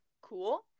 cool